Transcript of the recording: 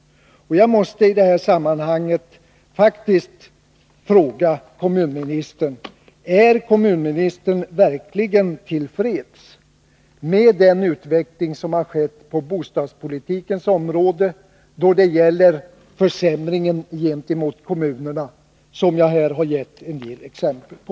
Jag måste i det här sammanhanget faktiskt fråga kommunministern: Är kommunministern verkligen till freds med den utveckling som har skett på bostadspolitikens område då det gäller försämringen gentemot kommunerna, som jag här har gett en del exempel på?